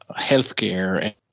healthcare